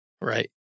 Right